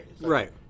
Right